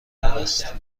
است